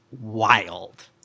wild